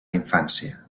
infància